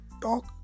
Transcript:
talk